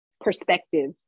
perspective